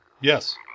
Yes